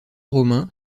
romain